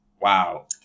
Wow